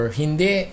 hindi